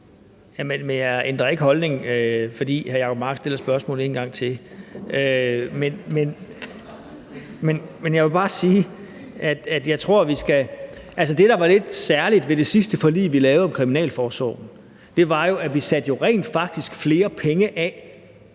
jeg ændrer ikke holdning, fordi hr. Jacob Mark stiller spørgsmålet en gang til. Men jeg vil bare sige, at det, der var lidt særligt ved det sidste forlig, vi lavede om Kriminalforsorgen, var jo, at vi rent faktisk satte flere penge af